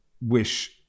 wish